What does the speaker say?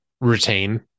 retain